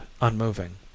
unmoving